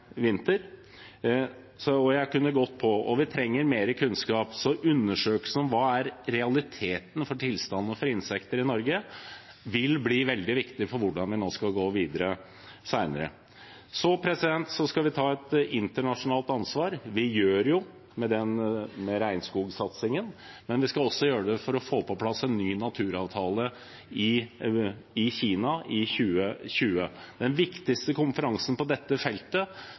jeg kunne holdt på. Vi trenger mer kunnskap. Undersøkelsen om hva realiteten er for tilstanden for insekter i Norge, vil bli veldig viktig for hvordan vi nå skal gå videre. Vi skal ta et internasjonalt ansvar. Vi gjør det med regnskogsatsingen, men vi skal også gjøre det for å få på plass en ny naturavtale i Kina i 2020. Den viktigste konferansen på dette feltet